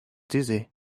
dizzy